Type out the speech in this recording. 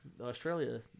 Australia